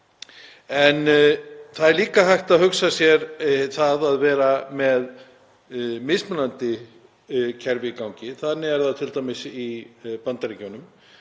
En það er líka hægt að hugsa sér það að vera með mismunandi kerfi í gangi. Þannig er það t.d. í Bandaríkjunum